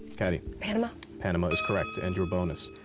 catty. panama panama is correct. and your bonus.